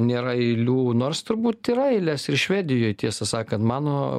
nėra eilių nors turbūt yra eilės ir švedijoj tiesą sakant mano